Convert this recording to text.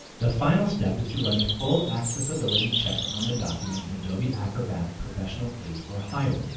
the final step is to run a full accessibility check on the document in adobe acrobat professional eight or higher.